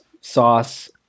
sauce